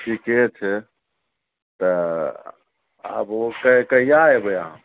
ठीके छै तऽ आबू ओ कहिआ एबै अहाँ